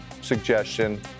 suggestion